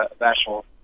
National